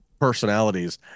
personalities